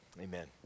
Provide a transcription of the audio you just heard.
Amen